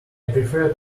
prefer